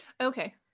okay